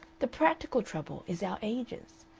the practical trouble is our ages.